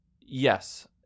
Yes